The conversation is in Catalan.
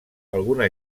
alguna